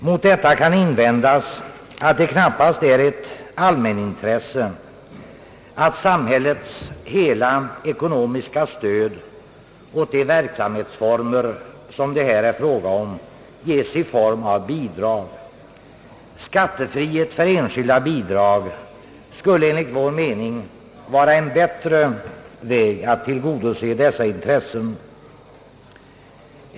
Mot detta kan invändas att det knappast är ett allmänintresse att samhällets hela ekonomiska stöd åt de verksamheter det här är fråga om ges i form av bidrag. Skattefrihet för enskilda bidrag skulle enligt vår mening vara en bättre väg att tillgodose dessa intressen.